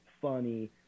funny